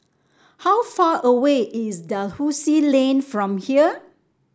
how far away is Dalhousie Lane from here